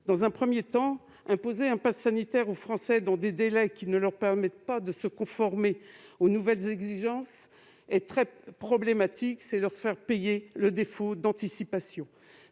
points. D'abord, imposer un passe sanitaire à tous les Français dans des délais qui ne leur permettront pas de se conformer aux nouvelles exigences est très problématique. C'est leur faire payer le défaut d'anticipation